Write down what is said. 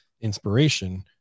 inspiration